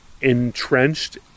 entrenched